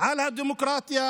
על הדמוקרטיה,